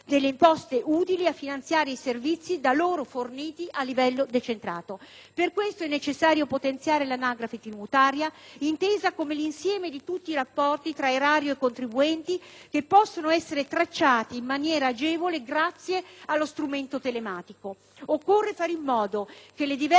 finanziare i servizi da loro forniti a livello decentrato. A questo scopo è necessario potenziare l'anagrafe tributaria, intesa come l'insieme di tutti i rapporti tra Erario e contribuenti, che possono essere tracciati in maniera agevole grazie allo strumento telematico. Occorre fare in modo che le diverse banche dati,